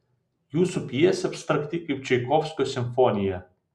jūsų pjesė abstrakti kaip čaikovskio simfonija